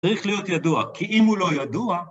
‫צריך להיות ידוע, כי אם הוא לא ידוע...